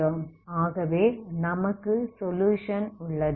ஆகவே நமக்கு சொலுயுஷன் உள்ளது